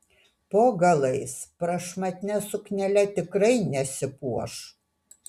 po galais prašmatnia suknele tikrai nesipuoš